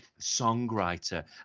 songwriter